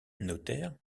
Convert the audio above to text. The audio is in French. notaire